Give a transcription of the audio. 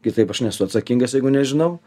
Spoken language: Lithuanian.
kitaip aš nesu atsakingas jeigu nežinau